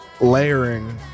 layering